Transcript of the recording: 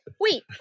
wait